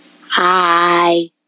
Hi